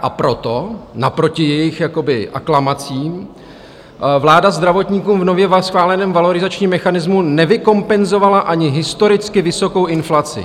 A proto, naproti jakoby aklamací, vláda zdravotníkům v nově schváleném valorizačním mechanismu nevykompenzovala ani historicky vysokou inflaci.